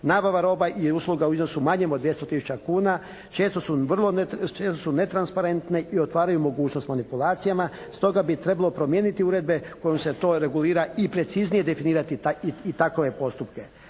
Nabava roba i usluga u iznosu manjem od 200 tisuća kuna često su vrlo netransparentne i otvaraju mogućnost manipulacijama, stoga bi trebalo promijeniti uredbe kojom se to regulira i preciznije definirati i takove postupke.